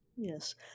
Yes